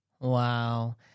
Wow